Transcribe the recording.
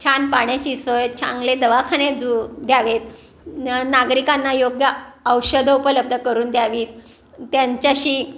छान पाण्याची सोय चांगले दवाखाने जु द्यावेत नागरिकांना योग्य औषधं उपलब्ध करून द्यावीत त्यांच्याशी